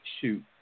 shoot